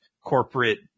corporate